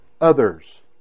others